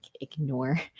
ignore